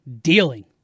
dealing